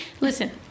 Listen